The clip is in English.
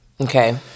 Okay